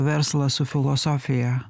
verslą su filosofija